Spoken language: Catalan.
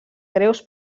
greus